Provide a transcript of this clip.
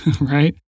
right